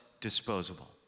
disposable